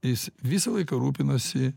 jis visą laiką rūpinosi